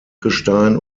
gestein